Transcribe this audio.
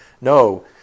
No